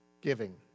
giving